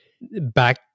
back